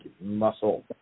muscle